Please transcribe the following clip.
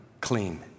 clean